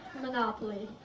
monopoly.